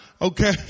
okay